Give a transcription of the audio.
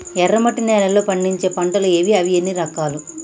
ఎర్రమట్టి నేలలో పండించే పంటలు ఏవి? అవి ఎన్ని రకాలు?